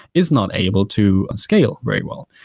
is not able to scale very well.